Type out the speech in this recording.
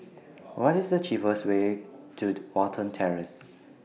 What IS The cheapest Way to Watten Terrace